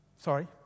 Sorry